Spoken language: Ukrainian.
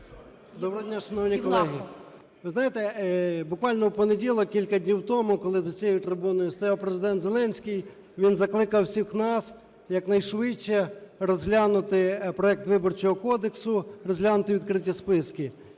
Доброго дня, шановні колеги. Ви знаєте, буквально в понеділок, кілька днів тому, коли за цією трибуною стояв Президент Зеленський, він закликав всіх нас якнайшвидше розглянути проект Виборчого кодексу, розглянути відкриті списки.